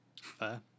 Fair